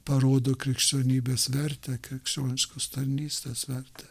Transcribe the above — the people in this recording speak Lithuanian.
parodo krikščionybės vertę krikščioniškos tarnystės vertę